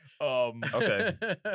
Okay